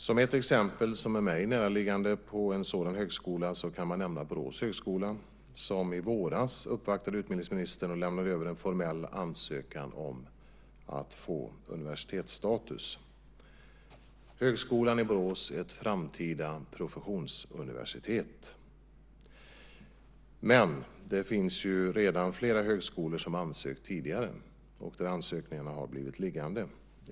Som ett exempel på en sådan högskola, som är mig näraliggande, kan man nämna Borås högskola som i våras uppvaktade utbildningsministern och lämnade över en formell ansökan om att få universitetsstatus. Högskolan i Borås är ett framtida professionsuniversitet. Men det finns ju redan flera högskolor som ansökt tidigare och där ansökningarna blivit liggande.